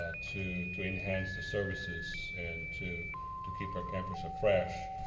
to to enhance the services and to to keep our campus afresh.